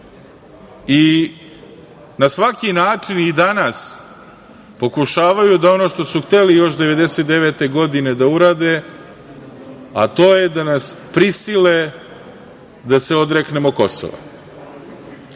i na svaki način i danas pokušavaju da ono što su hteli još 1999. godine da urade, a to je da nas prisile da se odreknemo Kosova. Kada